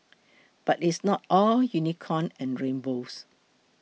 but it's not all unicorn and rainbows